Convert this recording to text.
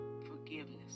forgiveness